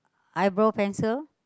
eyebrow pencil